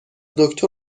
دکتر